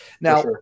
Now